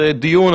זה דיון.